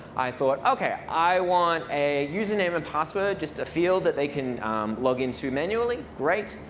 i thought, ok. i want a username and password, just a field that they can log into manually. great.